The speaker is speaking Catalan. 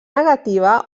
negativa